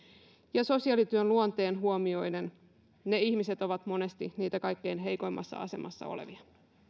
ja sosiaalityön luonteen huomioiden ne ihmiset ovat monesti niitä kaikkein heikoimmassa asemassa olevia